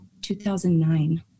2009